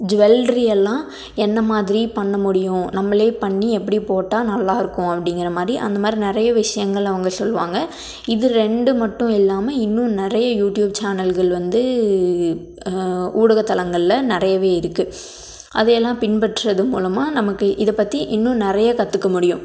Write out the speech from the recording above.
jewellery எல்லாம் என்ன மாதிரி பண்ண முடியும் நம்மளே பண்ணி எப்படி போட்டால் நல்லா இருக்கும் அப்படிங்கிற மாதிரி அந்த மாதிரி நிறைய விஷயங்கள அவங்க சொல்லுவாங்க இது ரெண்டு மட்டும் இல்லாமல் இன்னும் நிறைய யூடியூப் சேனல்கள் வந்து ஊடகத்தலங்களில் நிறையவே இருக்குது அதையெல்லாம் பின்பற்றது மூலமாக நமக்கு இதை பற்றி இன்னும் நிறைய கற்றுக்க முடியும்